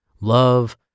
love